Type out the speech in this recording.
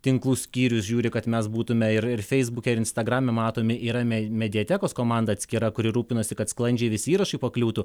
tinklų skyrius žiūri kad mes būtume ir feisbuke ir instagrame matomi ir yra mediatekos komanda atskira kuri rūpinasi kad sklandžiai visi įrašai pakliūtų